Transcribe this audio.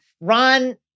Ron